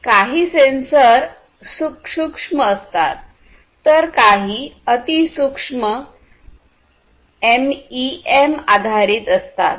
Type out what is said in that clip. काही सेंसर सूक्ष्म तर काही अतिसूक्ष्म एमईएम आधारित असतात